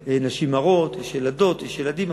יש נשים הרות, יש ילדות, יש ילדים.